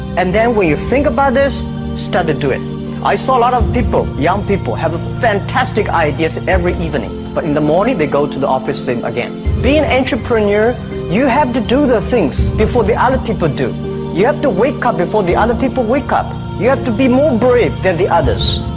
and then when you think about this study do it i saw a lot of people young people have a fantastic ideas every evening but in the morning they go to the opposite again being entrepreneur you have to do the things before the other people do you have to wake up before the other people wake up you have to be more brave than the others?